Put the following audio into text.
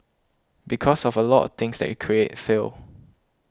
because of a lot of things that you create fail